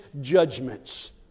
judgments